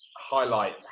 Highlight